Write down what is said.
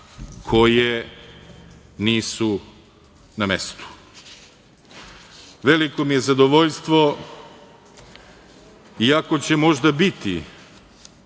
koje nisu na mestu. Veliko mi je zadovoljstvo iako će možda biti